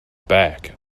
back